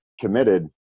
committed –